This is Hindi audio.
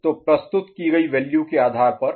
तो प्रस्तुत की गयी वैल्यू के आधार पर यह 0 और 0 है